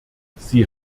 sie